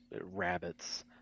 rabbits